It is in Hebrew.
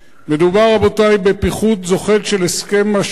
מדובר, רבותי, בפיחות של הסכם השלום.